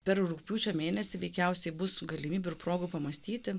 per rugpjūčio mėnesį veikiausiai bus galimybių ir progų pamąstyti